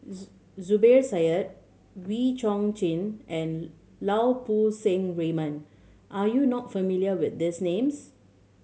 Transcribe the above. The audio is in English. Zubir Said Wee Chong Jin and Lau Poo Seng Raymond are you not familiar with these names